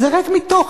זה ריק מתוכן.